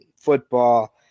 Football